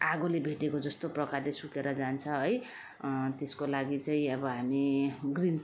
आगोले भेटेको जस्तो प्रकारले सुकेर जान्छ है त्यसको लागि चाहिँ अब हामी ग्रिन